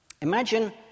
Imagine